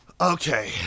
Okay